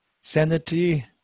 sanity